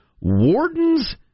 wardens